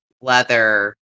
leather